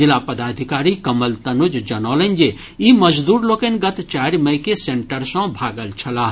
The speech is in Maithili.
जिला पदाधिकारी कंवल तनुज जनौलनि जे ई मजदूर लोकनि गत चारि मई के सेंटर सॅ भागल छलाह